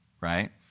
right